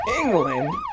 England